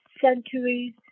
centuries